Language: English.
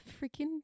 freaking